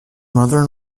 mother